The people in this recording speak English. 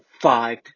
Five